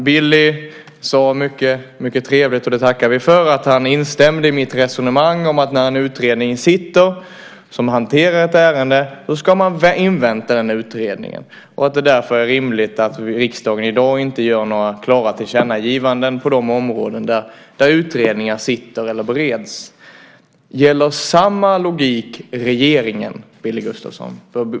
Billy sade mycket trevligt - det tackar vi för - att han instämde i mitt resonemang om att man, när en utredning är tillsatt som hanterar ett ärende, ska invänta den utredningen. Därför är det rimligt att riksdagen i dag inte gör några klara tillkännagivanden på de områden där utredningar är tillsatta eller bereds. Gäller samma logik regeringen, Billy Gustafsson?